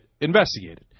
investigated